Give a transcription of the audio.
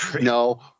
no